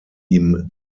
ihm